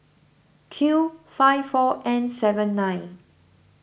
Q five four N seven nine